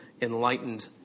enlightened